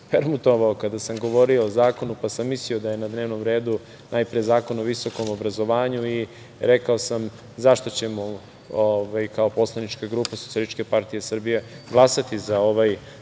permutovao kada sam govorio o zakonu, pa sam mislio da je na dnevnom redu, najpre Zakon o visokom obrazovanju i rekao sam zašto ćemo kao poslanička grupa SPS glasati za ovaj